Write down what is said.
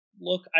look